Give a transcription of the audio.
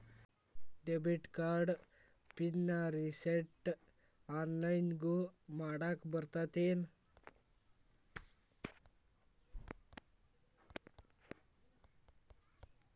debit card pin ರಿಸೆಟ್ನ ಆನ್ಲೈನ್ದಗೂ ಮಾಡಾಕ ಬರತ್ತೇನ್